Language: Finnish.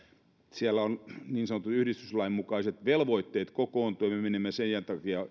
siellä on niin sanotut yhdistyslain mukaiset velvoitteet kokoontua että me menemme sen takia